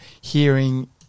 hearing